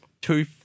two